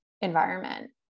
environment